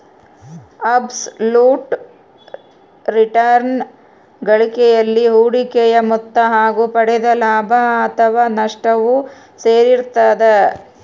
abs ಲುಟ್ return ಗಳಿಕೆಯಲ್ಲಿ ಹೂಡಿಕೆಯ ಮೊತ್ತ ಹಾಗು ಪಡೆದ ಲಾಭ ಅಥಾವ ನಷ್ಟವು ಸೇರಿರ್ತದ